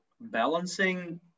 balancing